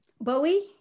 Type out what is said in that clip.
Bowie